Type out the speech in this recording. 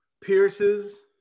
pierces